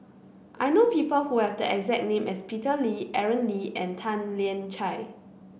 I know people who have the exact name as Peter Lee Aaron Lee and Tan Lian Chye